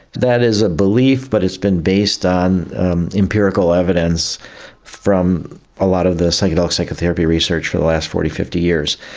that is a belief but it has been based on empirical evidence from a lot of the psychedelic psychotherapy research for the last forty, fifty years.